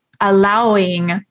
allowing